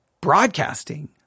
broadcasting